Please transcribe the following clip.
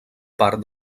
part